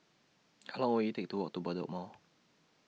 How Long Will IT Take to Walk to Bedok Mall